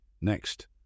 Next